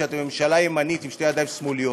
שאתם ממשלה ימנית עם שתי ידיים שמאליות.